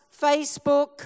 Facebook